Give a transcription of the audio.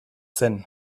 zen